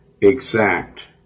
exact